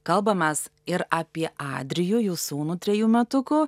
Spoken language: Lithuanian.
kalbamas ir apie adrijų jų sūnų trejų metukų